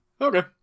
Okay